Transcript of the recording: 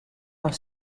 fan